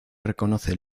reconoce